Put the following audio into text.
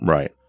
Right